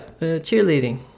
cheerleading